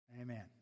Amen